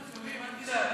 שומעים, אל תדאג.